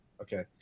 Okay